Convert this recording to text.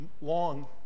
long